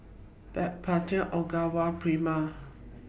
Backpedic Ogawa Prima